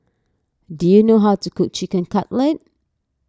do you know how to cook Chicken Cutlet